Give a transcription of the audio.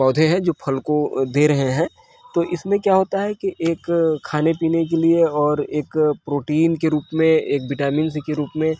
पौधे हैं जो फल को दे रहें हैं तो इसमें क्या होता है कि एक खाने पीने के लिए और एक प्रोटीन के रूप में एक विटामिन सी के रूप में